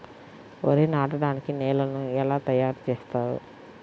వరి నాటడానికి నేలను ఎలా తయారు చేస్తారు?